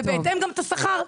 ובהתאם גם את השכר.